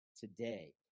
today